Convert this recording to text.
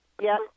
Yes